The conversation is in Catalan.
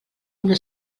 una